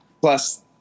plus